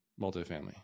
multifamily